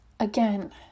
Again